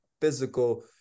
physical